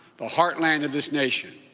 the heartland of this nation.